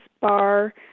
Bar